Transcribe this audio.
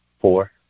Four